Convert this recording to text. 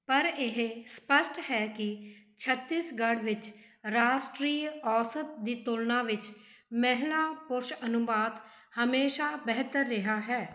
ਪਰ ਇਹ ਸਪੱਸ਼ਟ ਹੈ ਕਿ ਛੱਤੀਸਗੜ੍ਹ ਵਿੱਚ ਰਾਸ਼ਟਰੀ ਔਸਤ ਦੀ ਤੁਲਨਾ ਵਿੱਚ ਮਹਿਲਾ ਪੁਰਸ਼ ਅਨੁਪਾਤ ਹਮੇਸ਼ਾ ਬਿਹਤਰ ਰਿਹਾ ਹੈ